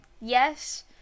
yes